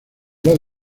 los